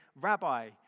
Rabbi